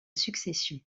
succession